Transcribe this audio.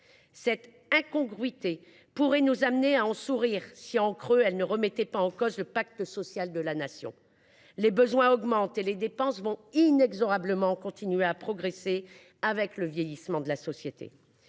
Cette incongruité pourrait nous amener à sourire si, en creux, elle ne remettait pas en cause le pacte social de la Nation. Les besoins augmentent et les dépenses continueront inexorablement à progresser avec le vieillissement de la société.